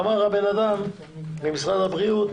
אמר הבן אדם ממשרד הבריאות: